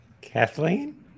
Kathleen